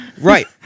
Right